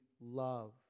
love